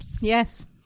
Yes